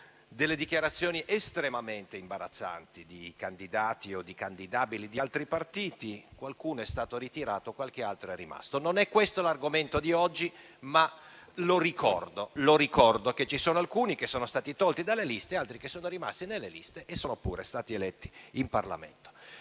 delle dichiarazioni estremamente imbarazzanti di candidati o di candidabili di altri partiti. Qualcuno è stato ritirato, qualche altro è rimasto. Non è questo l'argomento di oggi, ma lo ricordo. Ricordo che ci sono alcuni che sono stati tolti dalle liste e altri che sono rimasti nelle liste e sono stati pure eletti in Parlamento.